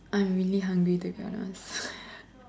I'm really hungry to be honest